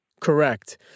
Correct